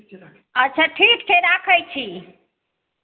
अच्छा ठीक छै राखै छी